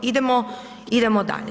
Idemo dalje.